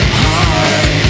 hard